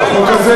אבל החוק הזה,